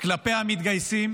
כלפי המתגייסים.